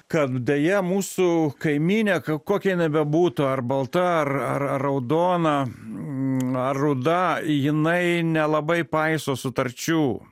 kad deja mūsų kaimynė k kokia bebūtų ar balta ar ar raudona ar ruda jinai nelabai paiso sutarčių